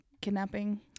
kidnapping